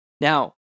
Now